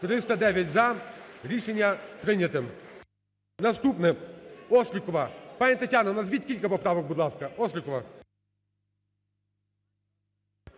За-309 Рішення прийнято. Наступне. Острікова. Пані Тетяно, назвіть кілька поправок, будь ласка. Острікова.